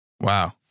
Wow